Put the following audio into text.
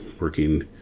working